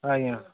ଆଜ୍ଞା